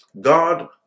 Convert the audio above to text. God